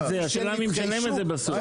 אבל השאלה מי משלם את זה בסוף.